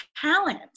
talent